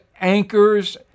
anchors